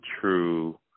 true